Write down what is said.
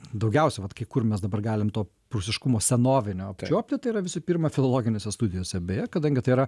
daugiausiai vat kai kur mes dabar galim to prūsiškumo senovinio apčiuopti tai yra visų pirma filologinėse studijose beje kadangi tai yra